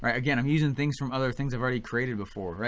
again i'm using things from other things i've already created before.